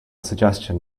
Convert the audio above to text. suggestion